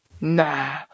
Nah